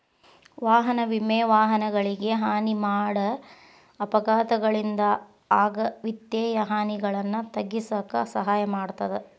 ವಾಹನ ವಿಮೆ ವಾಹನಗಳಿಗೆ ಹಾನಿ ಮಾಡ ಅಪಘಾತಗಳಿಂದ ಆಗ ವಿತ್ತೇಯ ಹಾನಿಗಳನ್ನ ತಗ್ಗಿಸಕ ಸಹಾಯ ಮಾಡ್ತದ